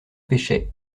pêchaient